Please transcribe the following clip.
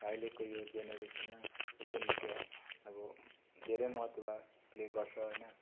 र अहिलेको यो जेनेरेसनमा सोसियल मिडिया अब धेरै महत्त्व प्ले गर्छ होइन